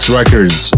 records